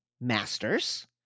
masters